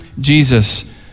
Jesus